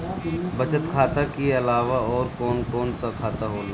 बचत खाता कि अलावा और कौन कौन सा खाता होला?